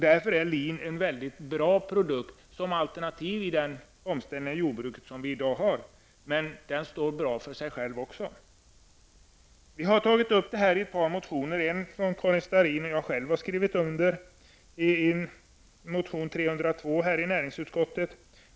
Därför är lin en väldigt bra produkt såsom alternativ i den omställning av jordbruket som i dag sker. Det står också bra för sig självt. Vi har tagit upp frågan om linodling i två motioner till näringsutskottet.